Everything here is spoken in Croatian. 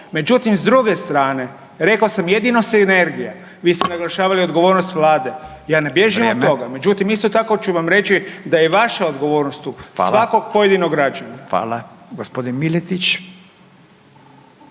Međutim s druge strane rekao sam jedino sinergija, vi ste naglašavali odgovornost Vlade …/Upadica Radin: vrijeme./… ja ne bježim od toga, međutim isto tako ću vam reći da je vaša odgovornost tu, svakog pojedinog građanina. **Radin, Furio